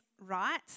right